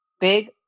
big